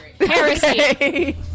Heresy